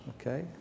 okay